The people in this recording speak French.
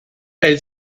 elle